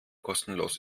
kostenlos